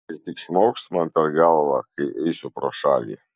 ir tik šmaukšt man per galvą kai eisiu pro šalį